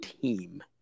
team